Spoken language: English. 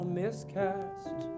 miscast